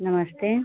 नमस्ते